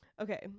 Okay